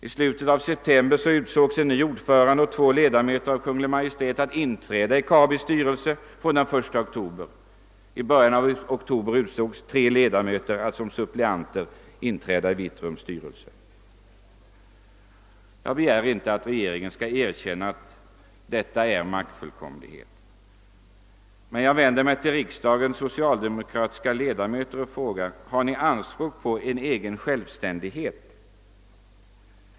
I slutet av september utsågs ny ordförande och två ledamöter av Kungl. Maj:t att inträda i Kabis styrelse från den 1 oktober. I början av oktober utsågs tre ledamöter att som suppleanter inträda i Vitrums styrelse. Jag begär inte att regeringen skall erkänna att detta är maktfullkomlighet. Jag vänder mig till riksdagens socialdemokratiska ledamöter och frågar: Gör ni anspråk på självständighet?